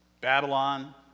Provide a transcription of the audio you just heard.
Babylon